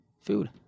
food